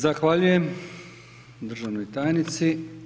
Zahvaljujem državnoj tajnici.